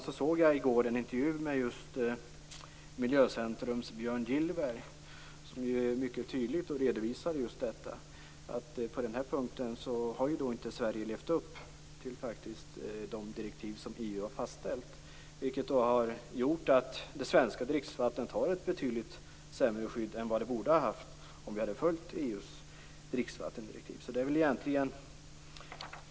I går såg jag en intervju med Miljöcentrums Björn Gillberg som mycket tydligt redovisade att på den här punkten har Sverige inte levt upp till de direktiv som EU har fastställt. Det har gjort att det svenska dricksvattnet har ett betydligt sämre skydd än vad det borde ha haft om vi hade följt EU:s dricksvattendirektiv.